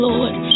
Lord